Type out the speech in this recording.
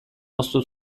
moztu